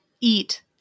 eat